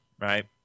right